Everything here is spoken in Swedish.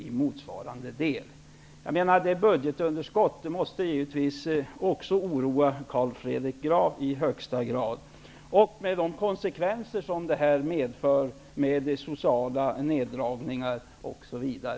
Budgetunderskottet -- och de konsekvenser som det medför i form av sociala neddragningar, osv -- måste väl i högsta grad oroa också Carl Fredrik Graf?